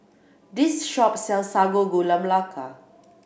this shop sells Sago Gula Melaka